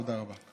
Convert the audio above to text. תודה רבה.